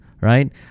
right